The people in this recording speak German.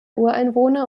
ureinwohner